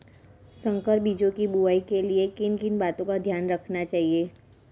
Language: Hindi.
संकर बीजों की बुआई के लिए किन किन बातों का ध्यान रखना चाहिए?